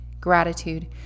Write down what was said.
gratitude